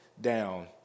down